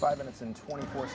five minutes and twenty four